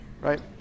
right